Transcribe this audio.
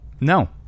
No